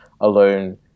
alone